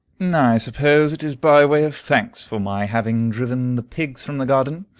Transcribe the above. i suppose it is by way of thanks for my having driven the pigs from the garden,